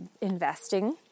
investing